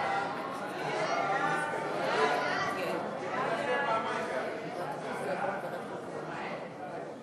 ההצעה להעביר את הצעת חוק הגנת הצרכן (תיקון,